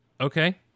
Okay